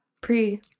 pre